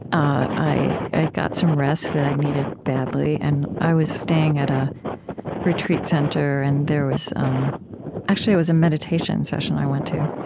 i i got some rest that i needed badly, and i was staying at a retreat center, and there was um actually, it was a meditation session i went to.